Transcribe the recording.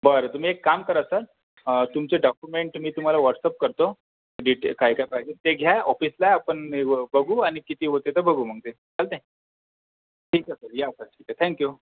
बरं तुम्ही एक काम करा सर तुमचे डाकूमेंट मी तुम्हाला व्हॉट्सअप करतो डिटेल काय काय पाहिजे ते घ्या ऑफिसला आपण मी बघ बघू आणि किती होते तर बघू मग ते चालतंय ठीक आहे सर या सर तिथं थँक यु